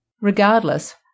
Regardless